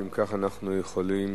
אם כך, אנחנו יכולים